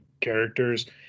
characters